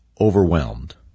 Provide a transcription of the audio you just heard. overwhelmed